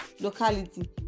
locality